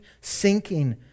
sinking